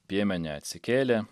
piemenė atsikėlė